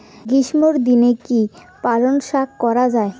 গ্রীষ্মের দিনে কি পালন শাখ করা য়ায়?